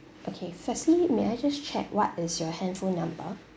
okay firstly may I just check what is your handphone number